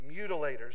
mutilators